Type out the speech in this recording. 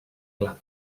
clar